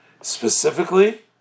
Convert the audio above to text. specifically